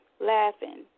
laughing